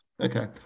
Okay